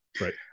Right